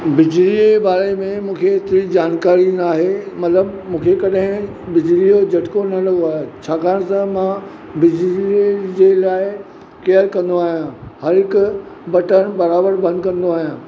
बिजलीअ जे बारे में मूंखे एतिरी जानकारी नाहे मतलबु मूंखे कॾहिं बिजलीअ जो झटको न लॻो आहे छाकाणि त मां बिजलीअ जे लाइ केअर कंदो आहियां हर हिकु बटणु बराबरि बंदि कंदो आहियां